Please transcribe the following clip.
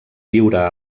viure